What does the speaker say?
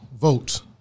votes